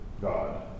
God